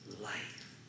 life